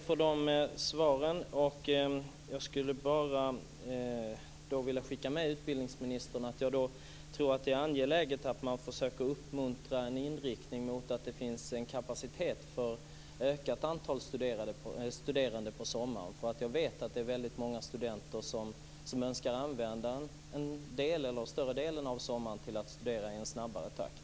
Fru talman! Jag tackar för dessa svar, och jag vill bara skicka med utbildningsministern att jag tror att det är angeläget att man försöker uppmuntra en inriktning mot att det finns en kapacitet för ett ökat antal studerande på sommaren. Jag vet nämligen att det är väldigt många studenter som önskar använda en del eller större delen av sommaren till att studera i en snabbare takt.